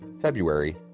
February